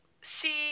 see